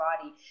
body